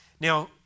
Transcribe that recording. Now